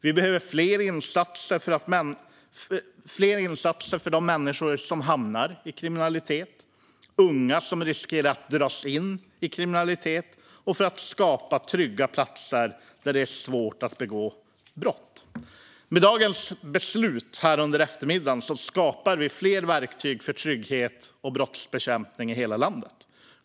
Vi behöver fler insatser för de människor som hamnar i kriminalitet och för de unga som riskerar att dras in i kriminalitet och för att skapa trygga platser där det är svårt att begå brott. Med eftermiddagens beslut skapar vi fler verktyg för trygghet och brottsbekämpning i hela landet.